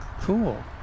cool